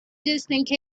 distance